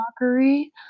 mockery